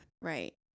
right